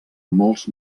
molts